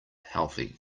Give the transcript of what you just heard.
healthy